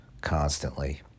Constantly